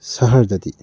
ꯁꯍꯔꯗꯗꯤ